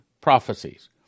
prophecies